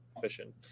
fishing